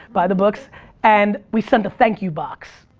buy the books and we sent a thank you box.